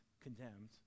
condemned